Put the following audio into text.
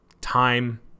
time